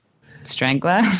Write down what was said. strangler